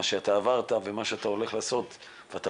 מה שאתה עברת ומה שאתה הולך לעשות ואתה